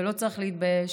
ולא צריך להתבייש,